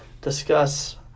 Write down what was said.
discuss